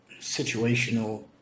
situational